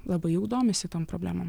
labai jau domisi tom problemom